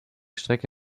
strecke